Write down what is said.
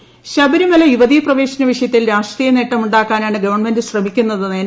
സുകുമാരൻ നായർ ശബരിമല യുവതി പ്രവേശന വിഷയത്തിൽ രാഷ്ട്രീയ നേട്ടമുണ്ടാക്കാനാണ് ഗവൺമെന്റ് ശ്രമിക്കുന്നതെന്ന് എൻ